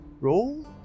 roll